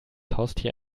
haustier